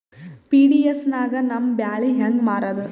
PDS ನಾಗ ನಮ್ಮ ಬ್ಯಾಳಿ ಹೆಂಗ ಮಾರದ?